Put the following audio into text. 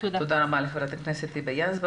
תודה רבה לחברת הכנסת היבה יזבק.